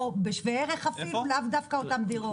או בשווה ערך אפילו, לאו דווקא אותן דירות.